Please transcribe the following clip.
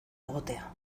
egotea